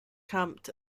camped